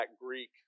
Greek